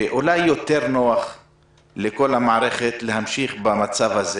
שאולי יותר נוח לכל המערכת להמשיך במצב הזה